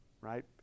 right